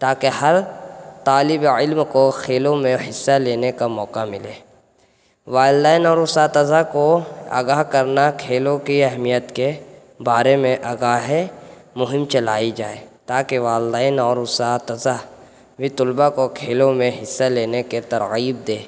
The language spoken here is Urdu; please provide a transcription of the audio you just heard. تاکہ ہر طالب علم کو کھیلوں میں حصہ لینے کا موقع ملے والدین اور اساتذہ کو آگاہ کرنا کھیلوں کی اہمیت کے بارے میں آگاہ مہم چلائی جائے تاکہ والدین اور اساتذہ و طلباء کو کھیلوں میں حصہ لینے کے ترغیب دے